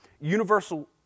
universal